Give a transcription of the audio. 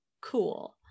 cool